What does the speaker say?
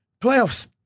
Playoffs